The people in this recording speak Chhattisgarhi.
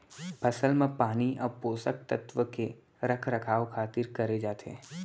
फसल म पानी अउ पोसक तत्व के रख रखाव खातिर करे जाथे